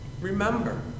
Remember